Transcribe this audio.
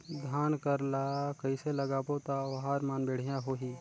धान कर ला कइसे लगाबो ता ओहार मान बेडिया होही?